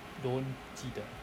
don't 记得